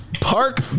Park